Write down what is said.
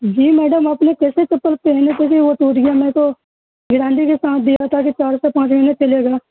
جی madam آپ نے کیسے چپل پہنی کہ وہ ٹوٹ گیامیں تو گرانٹی کے ساتھ دیا تھا کہ چار سے پانچ مہینے چلے گا